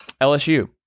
LSU